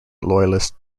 loyalist